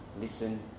listen